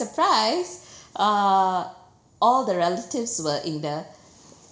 surprise uh all the relatives were in the